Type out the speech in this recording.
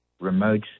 remote